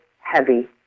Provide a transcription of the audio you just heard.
heavy